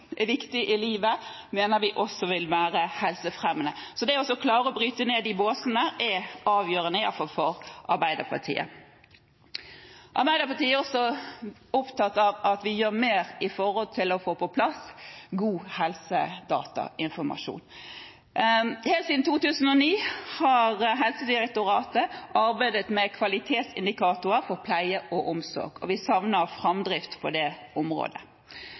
viktig i livet, mener vi også vil være helsefremmende. Det å klare å bryte ned de båsene er avgjørende, iallfall for Arbeiderpartiet. Arbeiderpartiet er også opptatt av at vi gjør mer når det gjelder å få på plass god helsedatainformasjon. Helt siden 2009 har Helsedirektoratet arbeidet med kvalitetsindikatorer for pleie og omsorg. Vi savner framdrift på det området.